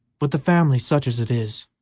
but the family, such as it is,